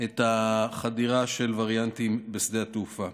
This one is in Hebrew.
את החדירה של וריאנטים בשדה התעופה.